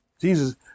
Jesus